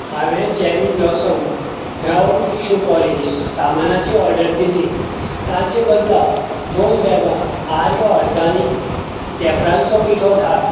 हांवें cherry blossom द्रव shoe polish सामानाची ऑर्डर दिल्ली ताचे बदला दोन बॅगां आर्य ऑर्गेनिक तेफळांचो पिठो धाड